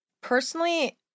Personally